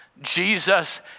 Jesus